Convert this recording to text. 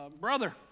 brother